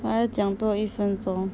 还要讲多一分钟